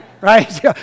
right